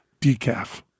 decaf